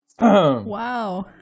wow